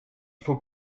faut